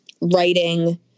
writing